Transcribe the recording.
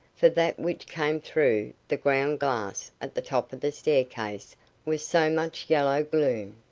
for that which came through the ground-glass at the top of the staircase was so much yellow gloom.